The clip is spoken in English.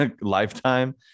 lifetime